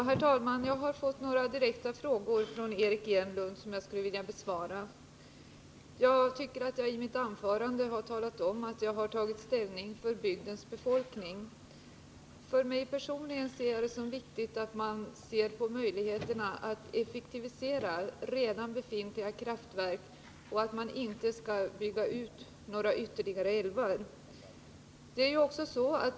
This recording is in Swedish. Herr talman! Jag har fått några direkta frågor från Eric Enlund som jag skulle vilja besvara. Jag tycker att jag i mitt anförande har talat om att jag har tagit ställning för bygdens befolkning. Personligen ser jag det som viktigt att man undersöker möjligheterna att effektivisera redan befintliga kraftverk och att man inte bygger ut några ytterligare älvar.